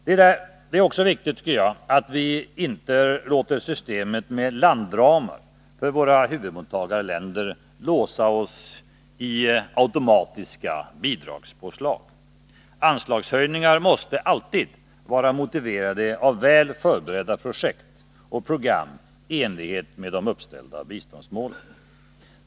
Det är också viktigt, tycker jag, att vi inte låter systemet med landramar för våra huvudmottagarländer låsa oss i automatiska bidragspåslag. Anslagshöjningar måste alltid vara motiverade av väl förberedda projekt och program i enlighet med de uppställda biståndsmålen.